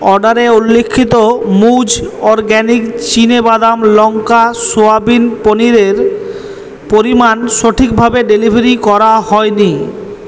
অর্ডারে উল্লিখিত মুজ অর্গ্যানিক চিনেবাদাম লঙ্কা সোয়াবিন পনিরের পরিমাণ সঠিকভাবে ডেলিভারি করা হয়নি